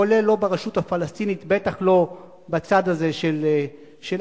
כולל לא ברשות הפלסטינית, בטח לא בצד הזה של עזה.